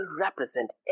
represent